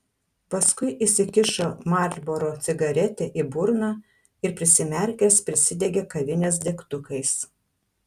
paskui įsikišo marlboro cigaretę į burną ir prisimerkęs prisidegė kavinės degtukais